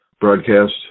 broadcast